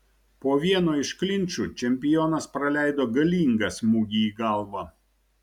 po vieno iš klinčų čempionas praleido galingą smūgį į galvą